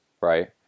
right